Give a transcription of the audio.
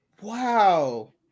Wow